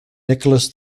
nicholas